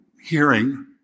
hearing